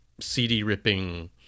CD-ripping